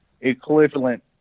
equivalent